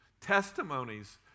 testimonies